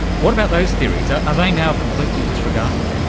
what about those theories? are they now completely disregarded?